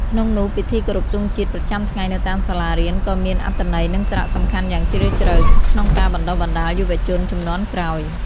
ក្នុងនោះពិធីគោរពទង់ជាតិប្រចាំថ្ងៃនៅតាមសាលារៀនក៏មាន អត្ថន័យ និងសារៈសំខាន់យ៉ាងជ្រាលជ្រៅ ក្នុងការបណ្ដុះបណ្ដាលយុវជនជំនាន់ក្រោយ។